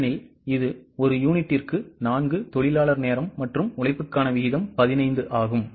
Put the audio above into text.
ஏனெனில் இது ஒரு யூனிட்டுக்கு 4 தொழிலாளர் நேரம் மற்றும் உழைப்புக்கான விகிதம் 15 ஆகும்